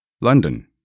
London